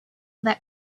that